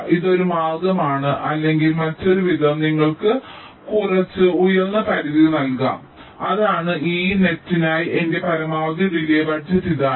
ഇത് ഒരു മാർഗ്ഗമാണ് അല്ലെങ്കിൽ മറ്റൊരു വിധം നിങ്ങൾക്ക് കുറച്ച് ഉയർന്ന പരിധി നൽകാം അതാണ് ഈ വലയ്ക്കായി എന്റെ പരമാവധി ഡിലെ ബജറ്റ് ഇതാണ്